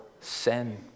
sin